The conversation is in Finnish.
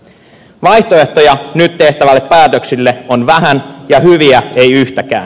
vaihtoehtoja nyt tehtäville päätöksille on vähän hyviä ei yhtäkään